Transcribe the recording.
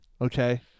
Okay